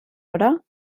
oder